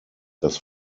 dass